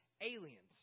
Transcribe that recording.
aliens